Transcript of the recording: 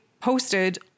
posted